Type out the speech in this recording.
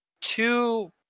two